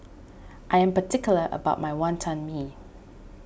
I am particular about my Wonton Mee